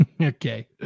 Okay